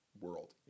world